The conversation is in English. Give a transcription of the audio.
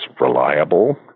reliable